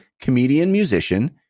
comedian-musician